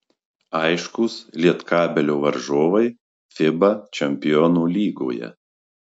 aiškūs lietkabelio varžovai fiba čempionų lygoje